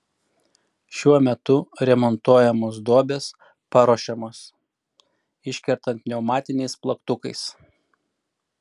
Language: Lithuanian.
šiuo metu remontuojamos duobės paruošiamos iškertant pneumatiniais plaktukais